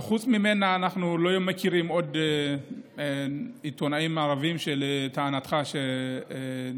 חוץ ממנה אנחנו לא מכירים עוד עיתונאים ערבים שלטענתך נעצרו,